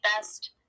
best